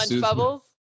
bubbles